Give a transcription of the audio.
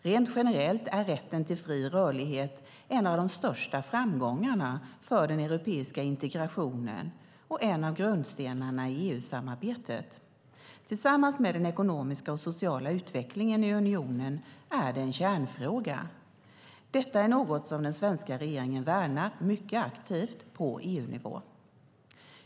Rent generellt är rätten till fri rörlighet en av de största framgångarna för den europeiska integrationen och en av grundstenarna i EU-samarbetet. Tillsammans med den ekonomiska och sociala utvecklingen i unionen är det en kärnfråga. Detta är något som den svenska regeringen värnar mycket aktivt på EU-nivå.